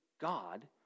God